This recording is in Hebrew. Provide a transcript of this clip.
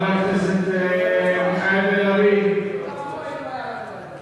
אוי ואבוי אם לא היה לנו את זה.